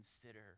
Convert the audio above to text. consider